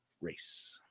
race